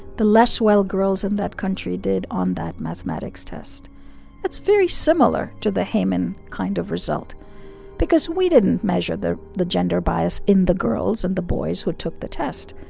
the less well girls in that country did on that mathematics mathematics test that's very similar to the hehman kind of result because we didn't measure the the gender bias in the girls and the boys who took the test.